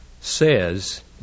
says